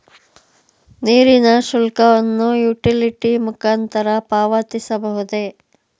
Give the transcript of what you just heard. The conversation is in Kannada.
ನೀರಿನ ಶುಲ್ಕವನ್ನು ಯುಟಿಲಿಟಿ ಮುಖಾಂತರ ಪಾವತಿಸಬಹುದೇ?